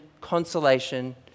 consolation